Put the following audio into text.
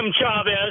Chavez